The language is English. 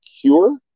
cure